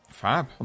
Fab